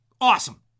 awesome